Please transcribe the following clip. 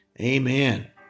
amen